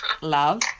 Love